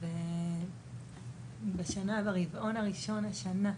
אז הנה, ברבעון הראשון השנה,